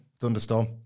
Thunderstorm